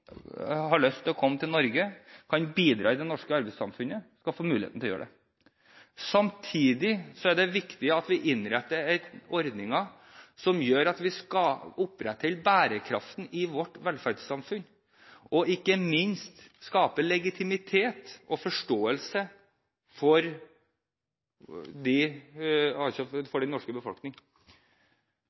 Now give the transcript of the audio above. har lyst til å komme til Norge og kan bidra i det norske arbeidssamfunnet, skal få muligheten til å gjøre det. Samtidig er det viktig at vi innretter ordninger som gjør at vi opprettholder bærekraften i vårt velferdssamfunn, og – ikke minst – skaper legitimitet og forståelse i den norske befolkning.